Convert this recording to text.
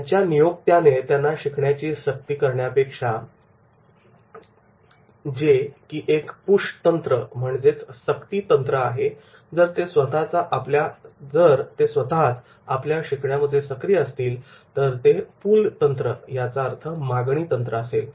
त्यांच्या नियोक्त्याने त्यांना शिकण्याची सक्ती करण्यापेक्षा जे की एक पुश तंत्र सक्ती तंत्र आहे जर ते स्वतःच आपल्या शिकण्यामध्ये सक्रिय असतील तर ते पूल तंत्र मागणी तंत्र असेल